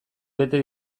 bete